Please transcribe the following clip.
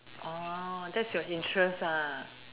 that's your interest